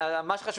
חשוב